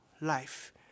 life